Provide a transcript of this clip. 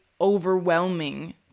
overwhelming